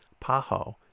PAHO